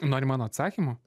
nori mano atsakymo